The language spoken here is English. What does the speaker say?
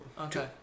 Okay